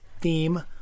theme